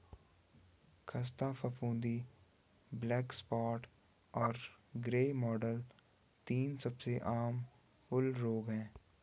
ख़स्ता फफूंदी, black spot और ग्रे मोल्ड तीन सबसे आम फूल रोग हैं